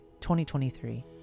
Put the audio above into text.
2023